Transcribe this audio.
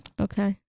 Okay